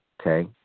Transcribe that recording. Okay